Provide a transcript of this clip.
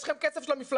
יש לכם כסף של המפלגה,